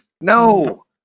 no